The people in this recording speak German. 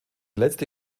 letzte